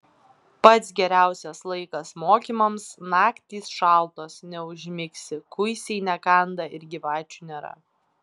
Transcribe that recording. pats geriausias laikas mokymams naktys šaltos neužmigsi kuisiai nekanda ir gyvačių nėra